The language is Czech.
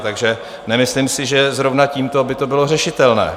Takže nemyslím si, že zrovna tímto by to bylo řešitelné.